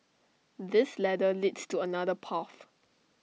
this ladder leads to another path